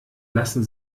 lassen